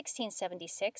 1676